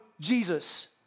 Jesus